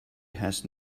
has